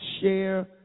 share